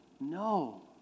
No